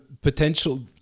potential